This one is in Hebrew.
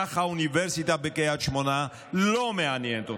כך האוניברסיטה בקריית שמונה לא מעניינת אתכם.